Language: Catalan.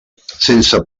sense